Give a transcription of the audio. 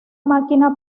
máquina